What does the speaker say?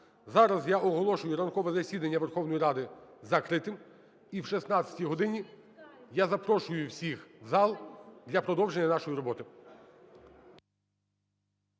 Зараз я оголошую ранкове засідання Верховної Ради закритим. І о 16 годині я запрошую всіх в зал для продовження нашої роботи.